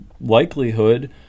likelihood